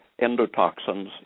endotoxins